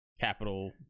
capital